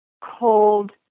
cold